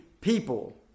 people